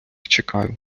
чекаю